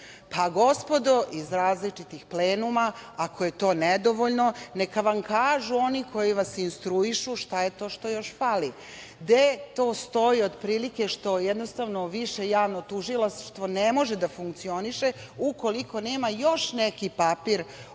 Pa, gospodo iz različitih plenuma, ako je to nedovoljno, neka vam kažu oni koji vas instruišu šta je to što još fali, gde to stoji otprilike što VJT ne može da funkcioniše ukoliko nema još neki papir